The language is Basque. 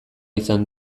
izan